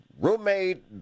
roommate